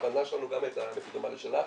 ההבנה שלנו גם הייתה דומה לשלך